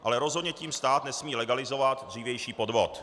Ale rozhodně tím stát nesmí legalizovat dřívější podvod.